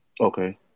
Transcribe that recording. Okay